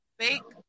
fake